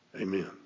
Amen